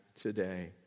today